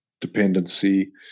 dependency